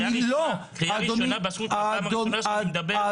קריאה ראשונה על פעם ראשונה שאני מדבר,